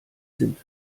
sind